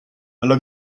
alla